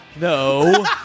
No